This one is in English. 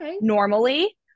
normally